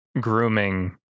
grooming